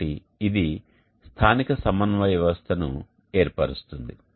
కాబట్టి ఇది స్థానిక సమన్వయ వ్యవస్థను ఏర్పరుస్తుంది